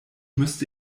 müsste